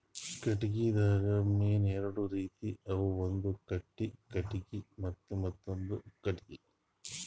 ಕಟ್ಟಿಗಿದಾಗ್ ಮೇನ್ ಎರಡು ರೀತಿ ಅವ ಒಂದ್ ಗಟ್ಟಿ ಕಟ್ಟಿಗಿ ಮತ್ತ್ ಮೆತ್ತಾಂದು ಕಟ್ಟಿಗಿ